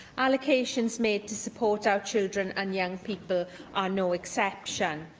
allocations made to support our children and young people are no exception.